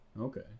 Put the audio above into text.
okay